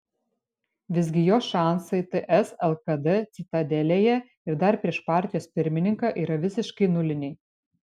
visgi jos šansai ts lkd citadelėje ir dar prieš partijos pirmininką yra visiškai nuliniai